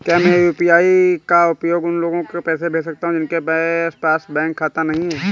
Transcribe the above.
क्या मैं यू.पी.आई का उपयोग करके उन लोगों को पैसे भेज सकता हूँ जिनके पास बैंक खाता नहीं है?